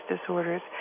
disorders